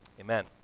amen